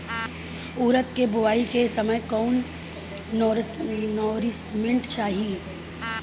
उरद के बुआई के समय कौन नौरिश्मेंट चाही?